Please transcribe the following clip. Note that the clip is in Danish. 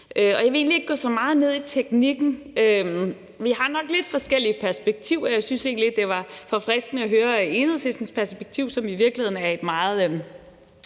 Jeg vil egentlig ikke gå så meget ned i teknikken. Vi har nok lidt forskellige perspektiver, jeg synes egentlig, det var forfriskende at høre Enhedslistens perspektiv, som i virkeligheden meget